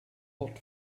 hot